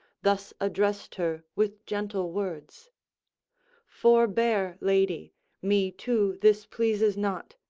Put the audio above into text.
thus addressed her with gentle words forbear, lady me too this pleases not.